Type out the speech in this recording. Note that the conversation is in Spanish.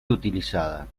utilizada